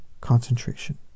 concentration